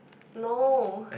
no